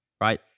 right